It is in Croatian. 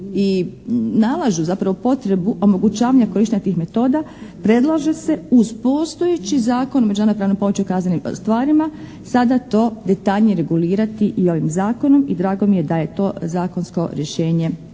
i nalažu zapravo potrebu omogućavanja korištenja tih metoda predlaže se uz postojeći Zakon o međunarodnoj pravnoj pomoći u kaznenim stvarima sada to detaljnije regulirati i ovim zakonom i drago mi je da je to zakonsko rješenje